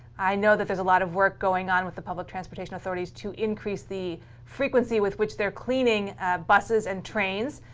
i know that there's a lot of work going with the public transportation authorities to increase the frequency with which they're cleaning buses and trains,